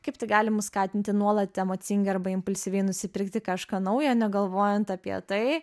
kaip tai gali mus skatinti nuolat emocingai arba impulsyviai nusipirkti kažką naujo negalvojant apie tai